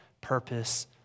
purpose